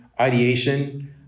ideation